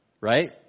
Right